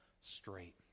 straight